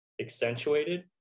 accentuated